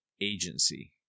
agency